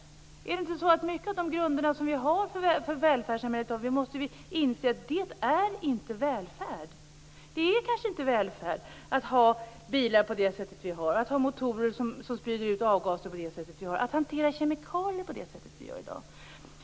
En stor del av de grunder vi har för välfärdssamhället måste vi inse inte är välfärd. Det är kanske inte välfärd att ha bilar på det sätt vi har, att ha motorer som sprider ut avgaser på det sätt som sker, att hantera kemikalier på det sätt som vi gör i dag.